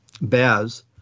Baz